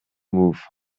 move